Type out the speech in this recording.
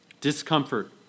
Discomfort